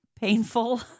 painful